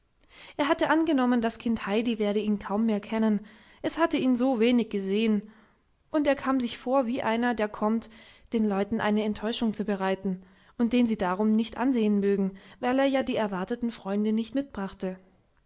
er hatte angenommen das kind heidi werde ihn kaum mehr kennen es hatte ihn so wenig gesehen und er kam sich vor wie einer der kommt den leuten eine enttäuschung zu bereiten und den sie darum nicht ansehen mögen weil er ja die erwarteten freunde nicht mitbrachte